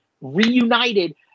reunited